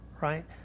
right